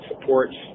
supports